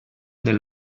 del